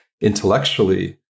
intellectually